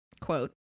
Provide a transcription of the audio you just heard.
quote